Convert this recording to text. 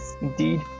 Indeed